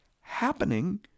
happening